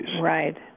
Right